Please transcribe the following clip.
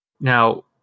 Now